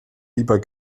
lieber